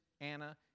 Anna